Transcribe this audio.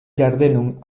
ĝardenon